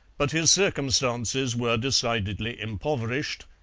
but his circumstances were decidedly impoverished,